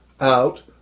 out